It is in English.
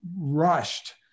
rushed